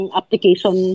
application